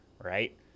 right